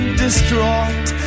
distraught